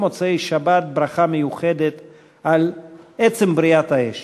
מוצאי-שבת ברכה מיוחדת על עצם בריאת האש.